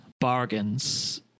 bargains